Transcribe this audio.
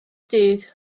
dydd